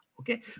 Okay